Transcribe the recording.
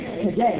today